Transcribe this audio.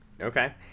Okay